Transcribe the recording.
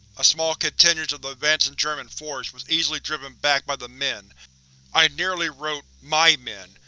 a small contingent of the advancing german force was easily driven back by the men i nearly wrote my men.